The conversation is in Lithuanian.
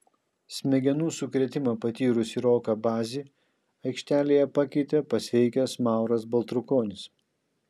smegenų sukrėtimą patyrusį roką bazį aikštelėje pakeitė pasveikęs mauras baltrukonis